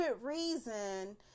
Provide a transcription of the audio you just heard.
reason